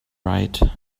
right